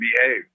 behave